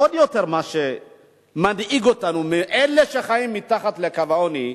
מה שמדאיג אותנו עוד יותר מאלה שחיים מתחת לקו העוני,